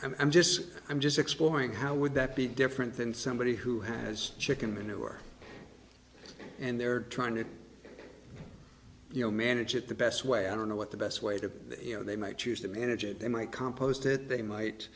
i'm just i'm just exploring how would that be different than somebody who has chicken manure and they're trying to you know manage it the best way i don't know what the best way to you know they might choose to manage it they might compost it they might